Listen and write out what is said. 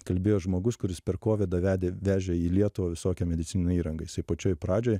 kalbėjo žmogus kuris per kovidą vedė vežė į lietuvą visokią medicininę įrangą jisai pačioj pradžioj